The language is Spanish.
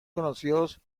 conocidos